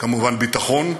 כמובן ביטחון,